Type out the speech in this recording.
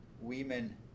women